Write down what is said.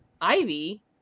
Ivy